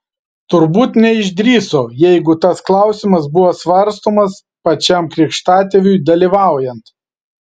turbūt neišdrįso jeigu tas klausimas buvo svarstomas pačiam krikštatėviui dalyvaujant